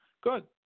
Good